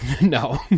No